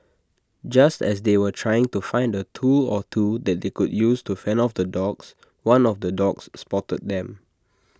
just as they were trying to find A tool or two that they could use to fend off the dogs one of the dogs spotted them